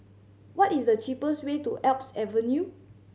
what is the cheapest way to Alps Avenue